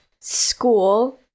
school